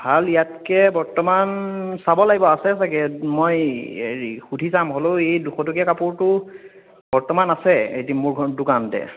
ভাল ইয়াতকৈ বৰ্তমান চাব লাগিব আছে চাগে মই সুধি চাম হ'লেও এই দুশটকীয়া কাপোৰটো বৰ্তমান আছে এতি মোৰ দোকানতে